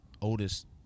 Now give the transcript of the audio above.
oldest